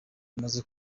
ibimaze